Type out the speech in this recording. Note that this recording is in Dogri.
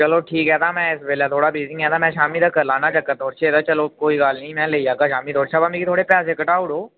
चलो ठीक ऐ तां में इस बेल्लै थोह्ड़ा बिजी आं तां शामीं तक्कर लाना चक्कर थुआढ़े श चलो कोई गल्ल नि में लेई जाह्गा शामीं तक्कर थुआढ़े शा पर मीं थोह्ड़े पैसे घटाई ओड़ो